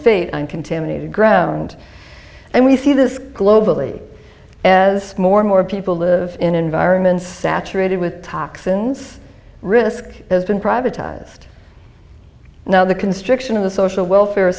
fate uncontaminated ground and we see this globally as more and more people live in environments saturated with toxins risk has been privatized now the constriction of the social welfare